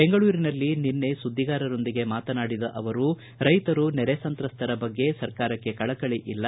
ಬೆಂಗಳೂರಿನಲ್ಲಿ ನಿನ್ನೆ ಸುದ್ದಿಗಾರರೊಂದಿಗೆ ಮಾತನಾಡಿದ ಅವರು ರೈತರು ನೆರೆ ಸಂತ್ರಸ್ತರ ಬಗ್ಗೆ ಸರ್ಕಾರಕ್ಕೆ ಕಳಕಳಿ ಇಲ್ಲ